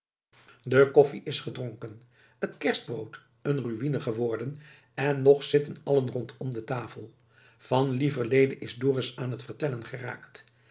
de koffie is gedronken het kerstbrood een ruïne geworden en nog zitten allen rondom de tafel van lieverlede is dorus aan het vertellen geraakt